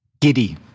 Giddy